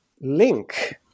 link